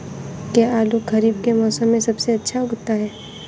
क्या आलू खरीफ के मौसम में सबसे अच्छा उगता है?